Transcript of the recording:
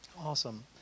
Awesome